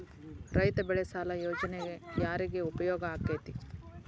ರೈತ ಬೆಳೆ ಸಾಲ ಯೋಜನೆ ಯಾರಿಗೆ ಉಪಯೋಗ ಆಕ್ಕೆತಿ?